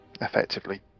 effectively